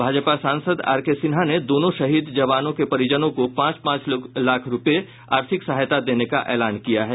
भाजपा सांसद R K Sinha ने दोनों शहीद जवानों के परिजनों को पांच पांच लाख रूपये आर्थिक सहायता देने का ऐलान किया है